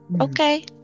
okay